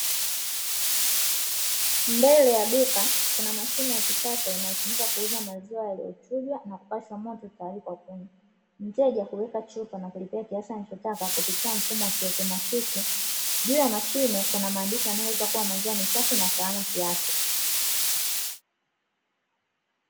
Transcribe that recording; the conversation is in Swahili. Mbele ya duka kuna mashine ya kisasa inayotumika kuuza maziwa yaliyochujwa na kupaswa moto tayari kwa kunywa, mteja huweka chupa na kulipia kiasi anachotaka kupitia mfumo wa kiautomatiki; juu ya mashine kuna maandishi yanayoeleza kuwa maziwa ni safi na salama kiafya.